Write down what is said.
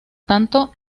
tanto